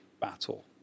battle